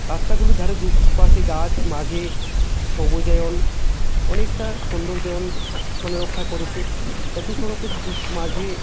রাস্তাগুলির ধারে দুপাশে গাছ মাঝে সবুজায়ন অনেকটা সৌন্দর্যায়ন মানে রক্ষা করেছে জাতীয় সড়কের দুস মাঝে